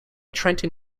trenton